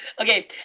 okay